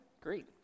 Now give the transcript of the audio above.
great